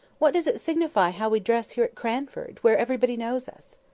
what does it signify how we dress here at cranford, where everybody knows us?